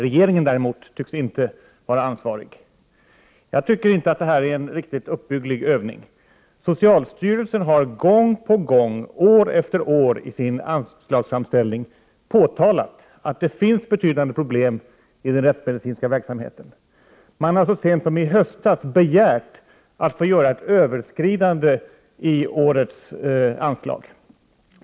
Regeringen tycks inte vara ansvarig. Jag tycker inte att det här är en riktigt uppbygglig övning. Socialstyrelsen har gång på gång, år efter år, i sin anslagsframställning påtalat att det finns betydande problem inom den rättsmedicinska verksamheten. Så sent som i höstas begärde man att få göra ett överskridande beträffande årets anslag.